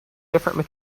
different